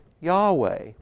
Yahweh